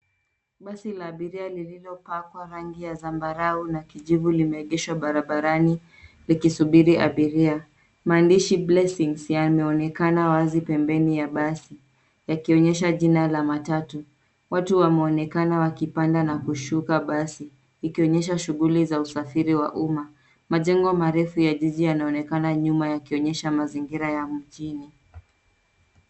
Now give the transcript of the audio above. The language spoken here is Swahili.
Basi la abiria lililopakwa rangi ya zambarau na kijivu limeegeshwa barabarani, likisubiri abiria. Maandishi blessings , yameonekana wazi pembeni ya basi, yakionyesha jina la matatu. Watu wameonekana wakipanda na kushuka basi, ikionyesha shughuli za usafiri wa umma. Majengo marefu ya juzi yanaonekana nyuma yakionyesha mazingira ya mjini.